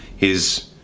his.